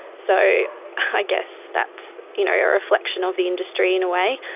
so i guess that's you know yeah a reflection of the industry, in a way.